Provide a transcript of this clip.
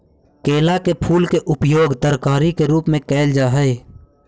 केला के फूल के उपयोग तरकारी के रूप में कयल जा हई